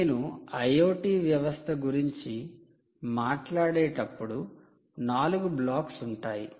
నేను IoT వ్యవస్థ గురించి మాట్లాడేటప్పుడు 4 బ్లాక్స్ ఉంటాయి